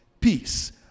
peace